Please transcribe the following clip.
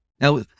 Now